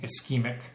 ischemic